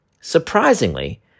Surprisingly